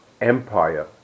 empire